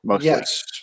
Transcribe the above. Yes